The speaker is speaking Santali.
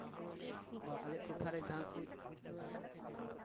ᱵᱟ ᱟᱞᱮᱭᱟᱜ ᱴᱚᱴᱷᱟᱨᱮ ᱡᱟᱦᱟᱸ ᱠᱚ